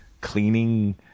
cleaning